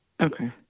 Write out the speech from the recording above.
Okay